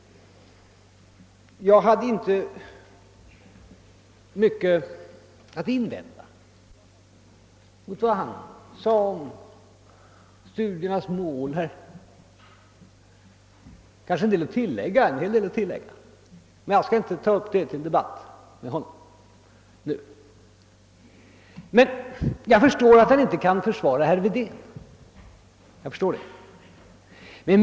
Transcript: Jag har inte mycket att invända mot vad herr Källstad sade om studiernas mål, men jag skulle kanske ha litet att tillägga. Det skall jag emellertid nu inte ta upp till debatt. Men jag förstår att herr Källstad inte kan försvara herr Wedén.